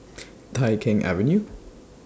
Tai Keng Avenue